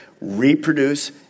reproduce